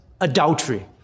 adultery